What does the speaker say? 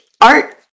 art